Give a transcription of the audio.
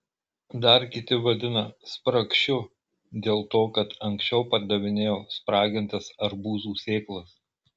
dar kiti vadina spragšiu dėl to kad anksčiau pardavinėjau spragintas arbūzų sėklas